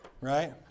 right